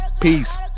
Peace